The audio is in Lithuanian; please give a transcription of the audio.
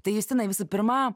tai justinai visų pirma